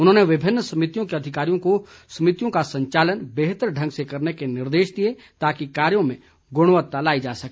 उन्होंने विभिन्न समितियों के अधिकारियों को समितियों का संचालन बेहतर ढंग से करने के निर्देश दिए ताकि कार्यों में गुणवत्ता लाई जा सके